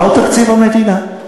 מהו תקציב המדינה?